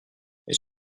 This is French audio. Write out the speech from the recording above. mais